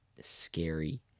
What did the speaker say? scary